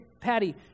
Patty